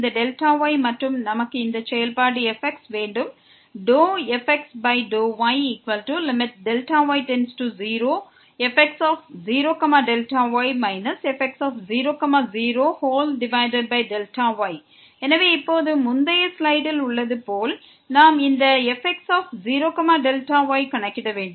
இந்த Δy மற்றும் நமக்கு இந்த செயல்பாடு fx வேண்டும் fx∂yfx0Δy fx00Δy எனவே இப்போது முந்தைய ஸ்லைடில் உள்ளது போல் நாம் முந்தின fyக்கு பதிலாக இந்த fx0Δy மற்றும் fx00ஐ கணக்கிட வேண்டும்